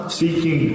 seeking